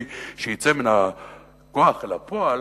כדי שהוא יצא מהכוח אל הפועל,